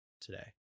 today